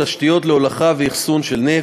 ואני לא יודע אם אנחנו נעשה על זה הצבעה נפרדת,